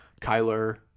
Kyler